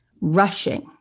rushing